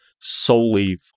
solely